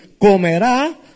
comerá